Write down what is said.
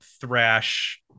thrash